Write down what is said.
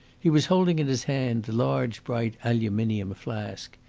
he was holding in his hand the large, bright aluminium flask.